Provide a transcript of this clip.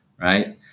right